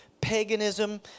paganism